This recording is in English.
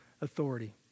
authority